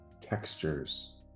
textures